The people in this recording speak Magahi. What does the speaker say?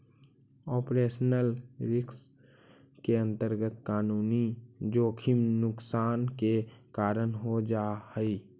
ऑपरेशनल रिस्क के अंतर्गत कानूनी जोखिम नुकसान के कारण हो जा हई